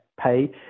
pay